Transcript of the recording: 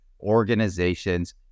organizations